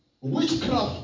witchcraft